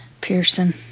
Pearson